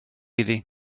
iddi